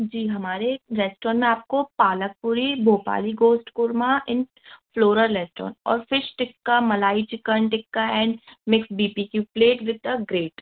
जी हमारे रेस्टोरेंट में आपको palak puri Bhopali gosht korma in floral restro और fish tikka malai chicken tikka and mix B P की प्लेट विथ अ ग्रेट